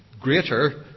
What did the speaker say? greater